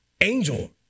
angel